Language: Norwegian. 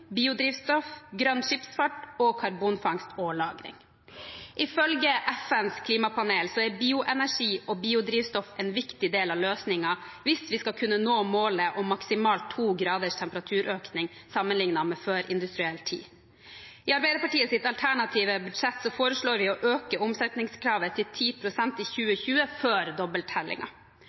biodrivstoff, grønn skipsfart og karbonfangst og -lagring. Ifølge FNs klimapanel er bioenergi og biodrivstoff en viktig del av løsningen hvis vi skal kunne nå målet om maksimalt 2 graders temperaturøkning sammenlignet med før-industriell tid. I Arbeiderpartiets alternative budsjett foreslår vi å øke omsetningskravet til 10 pst. i 2020, før